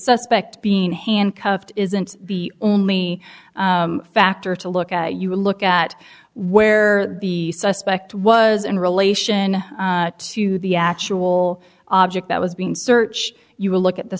suspect being handcuffed isn't the only factor to look at you look at where the suspect was in relation to the actual object that was being searched you will look at the